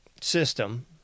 system